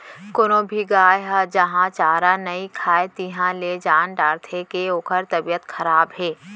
कोनो भी गाय ह जहॉं चारा नइ खाए तिहॉं ले जान डारथें के ओकर तबियत खराब हे